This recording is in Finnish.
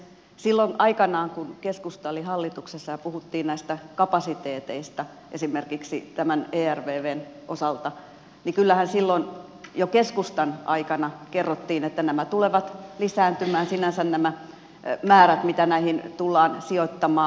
silloin aikanaan kun keskusta oli hallituksessa ja puhuttiin näistä kapasiteeteista esimerkiksi tämän ervvn osalta kyllähän jo keskustan aikana kerrottiin että tulevat lisääntymään sinänsä nämä määrät mitä näihin tullaan sijoittamaan